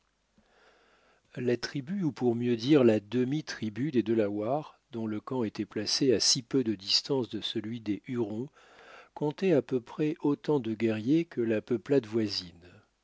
la tribu ou pour mieux dire la demi-tribu des delawares dont le camp était placé à si peu de distance de celui des hurons comptait à peu près autant de guerriers que la peuplade voisine